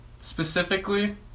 specifically